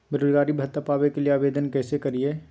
बेरोजगारी भत्ता पावे के लिए आवेदन कैसे करियय?